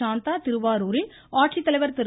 சாந்தா திருவாரூரில் ஆட்சித்தலைவர் திரு